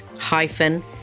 hyphen